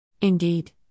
Indeed